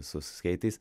su skeitais